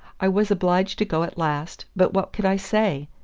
i was obliged to go at last, but what could i say?